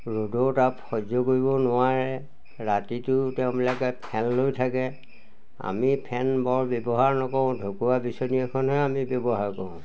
ৰ'দৰ তাপ সহ্য কৰিব নোৱাৰে ৰাতিটো তেওঁবিলাকে ফেন লৈ থাকে আমি ফেন বৰ ব্যৱহাৰ নকৰোঁ ঢকুৱা বিচনী এখনহে আমি ব্যৱহাৰ কৰোঁ